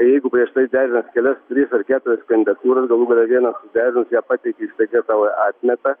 jeigu prieš tai derinant kelias tris ar keturias kandidatūras galų gale vieną suderinus ją pateiki staiga tau ją atmeta